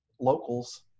locals